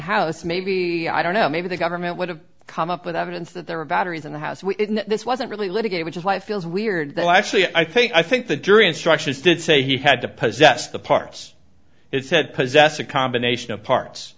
house maybe i don't know maybe the government would have come up with evidence that there were batteries in the house where this wasn't really litigate which is why it feels weird though actually i think i think the jury instructions did say he had to possess the parts it said possess a combination of parts